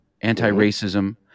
anti-racism